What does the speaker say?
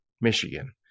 Michigan